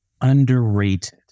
Underrated